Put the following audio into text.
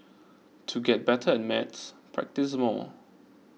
to get better at maths practise more